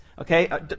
Okay